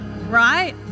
right